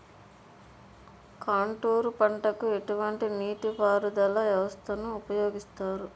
Contour పంటకు ఎటువంటి నీటిపారుదల వ్యవస్థను ఉపయోగిస్తారు?